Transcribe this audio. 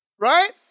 Right